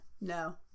No